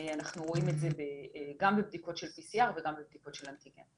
אנחנו רואים את זה גם בבדיקות של PCR וגם בבדיקות של אנטיגן.